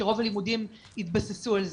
שרוב הלימודים התבססו על זה.